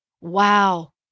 Wow